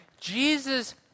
Jesus